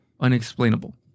unexplainable